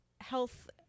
health